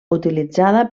utilitzada